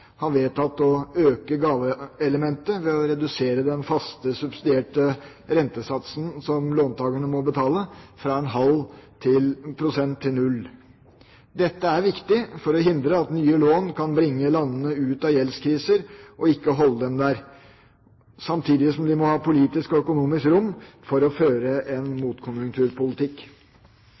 har vedtatt å øke gaveelementet ved å redusere den faste subsidierte rentesatsen som låntakerne må betale, fra 0,5 pst. til 0. Dette er viktig for å sikre at nye lån kan bringe landene ut av gjeldskriser og ikke holde dem der, samtidig som de må ha politisk og økonomisk rom for å føre en motkonjunkturpolitikk.